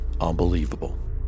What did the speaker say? Unbelievable